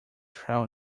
trail